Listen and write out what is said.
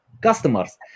customers